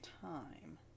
time